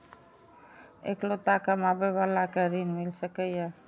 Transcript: इकलोता कमाबे बाला के ऋण मिल सके ये?